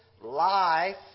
life